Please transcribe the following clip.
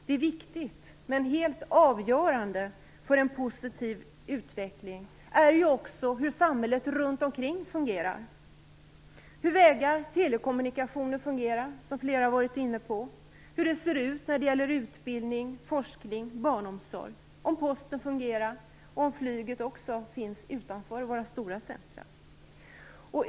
Det är viktigt, men helt avgörande för en positiv utveckling är också hur samhället runt omkring fungerar, hur vägar och telekommunikationer fungerar, som flera har varit inne på, och hur det ser ut när det gäller utbildning, forskning och barnomsorg, om posten fungerar och om flyget finns också utanför våra stora centrum.